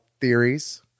theories